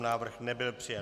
Návrh nebyl přijat.